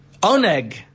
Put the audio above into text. oneg